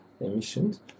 emissions